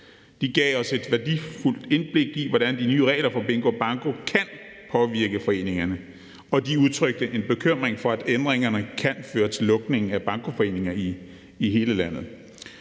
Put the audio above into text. De gav os et værdifuldt indblik i, hvordan de nye regler for bingo og banko kan påvirke foreningerne. Og de udtrykte en bekymring for, at ændringerne kan føre til lukning af bankoforeninger i hele landet.